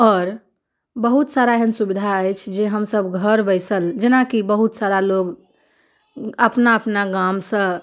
आओर बहुत सारा एहन सुविधा अछि जे हमसभ घर बैसल जेनाकि बहुत सारा लोग अपना अपना गामसँ